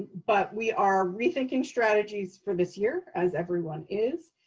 but we are rethinking strategies for this year as everyone is.